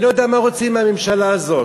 אני לא יודע מה רוצים מהממשלה הזאת.